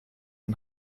und